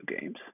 games